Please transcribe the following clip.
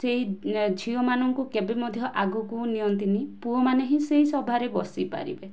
ସେହି ଝିଅମାନଙ୍କୁ କେବେ ମଧ୍ୟ ଆଗକୁ ନିଅନ୍ତିନି ପୁଅମାନେ ହିଁ ସେହି ସଭାରେ ବସିପାରିବେ